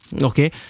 Okay